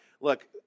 Look